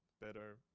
better